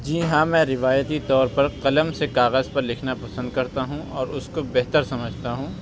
جی ہاں میں روایتی طور پر قلم سے کاغذ پر لکھنا پسند کرتا ہوں اور اُس کو بہتر سمجھتا ہوں